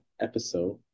episode